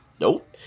nope